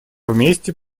вместе